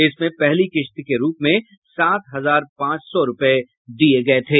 इसमें पहली किश्त के रूप में सात हजार पांच सौ रूपये दिये गये थे